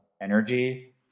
energy